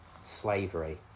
slavery